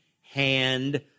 hand